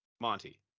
Monty